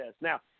Now